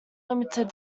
limited